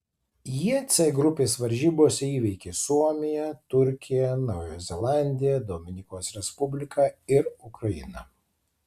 jie c grupės varžybose įveikė suomiją turkiją naująją zelandiją dominikos respubliką ir ukrainą